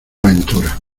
ventura